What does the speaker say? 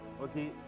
okay